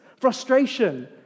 frustration